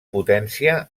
potència